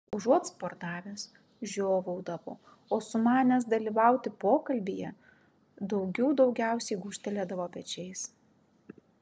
užuot sportavęs žiovaudavo o sumanęs dalyvauti pokalbyje daugių daugiausiai gūžtelėdavo pečiais